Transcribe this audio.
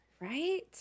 Right